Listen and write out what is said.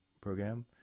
program